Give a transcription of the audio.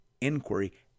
inquiry